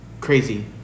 Crazy